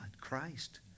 Christ